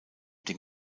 den